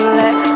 let